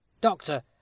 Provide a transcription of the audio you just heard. Doctor